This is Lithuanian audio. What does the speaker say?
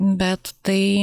bet tai